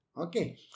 Okay